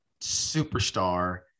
superstar